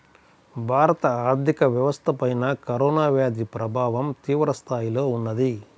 భారత ఆర్థిక వ్యవస్థపైన కరోనా వ్యాధి ప్రభావం తీవ్రస్థాయిలో ఉన్నది